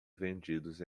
vendidos